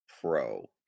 pro